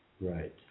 Right